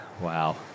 Wow